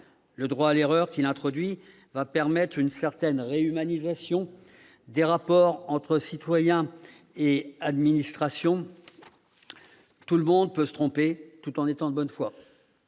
Le droit à l'erreur qu'il introduit va permettre une certaine réhumanisation des rapports entre citoyens et administration. Tout le monde peut se tromper en étant de bonne foi.